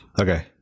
Okay